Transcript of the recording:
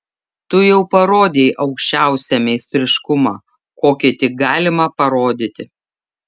tu jau parodei aukščiausią meistriškumą kokį tik galima parodyti